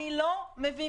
אני לא מבינה,